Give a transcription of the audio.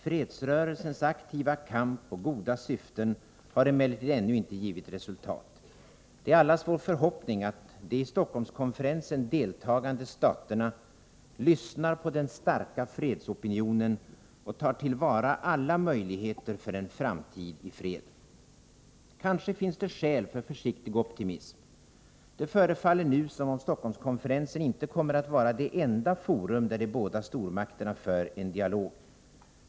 Fredsrörelsens aktiva kamp och goda syften har emellertid ännu inte givit resultat. Det är allas vår förhoppning att de i Stockholmskonferensen deltagande staterna lyssnar på den starka fredsopinionen och tar till vara alla möjligheter för en framtid i fred. Kanske finns det skäl för försiktig optimism. Det förefaller nu som om Stockholmskonferensen inte kommer att vara det enda forum där de båda stormakterna för en dialog.